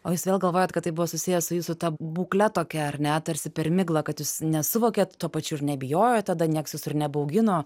o jūs vėl galvojat kad tai buvo susiję su jūsų ta būkle tokia ar ne tarsi per miglą kad jūs nesuvokėt tuo pačiu ir nebijojot tada nieks jūsų ir nebaugino